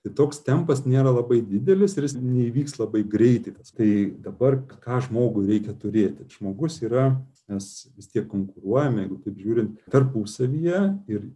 tai toks tempas nėra labai didelis ir jis neįvyks labai greitai tai dabar ką žmogų reikia turėti žmogus yra mes vis tiek konkuruojame jeigu taip žiūrint tarpusavyje ir